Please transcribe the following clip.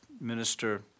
minister